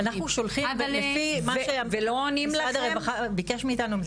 אנחנו שולחים לפי מה שמשרד הרווחה ביקש מאתנו,